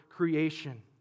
creation